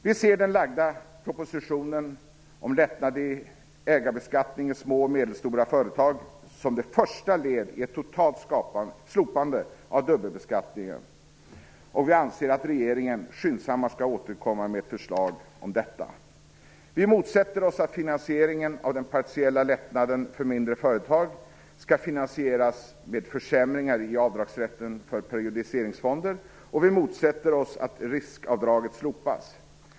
Vi ser den framlagda propositionen om lättnad i ägarbeskattningen i små och medelstora företag som det första ledet i ett totalt slopande av dubbelbeskattningen, och vi anser att regeringen skyndsammast skall återkomma med ett förslag om detta. Vi motsätter oss att finansieringen av den partiella lättnaden för mindre företag skall finansieras med försämringar i avdragsrätten för periodiseringsfonder, och vi motsätter oss att riskavdraget slopas.